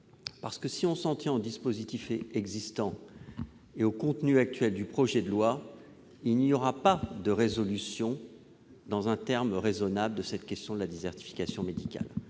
débat ! Si l'on s'en tient au dispositif existant et au contenu actuel du projet de loi, il n'y aura pas de résolution, dans un terme raisonnable, de la question de la désertification médicale.